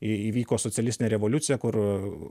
į įvyko socialistinė revoliucija kur